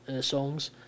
songs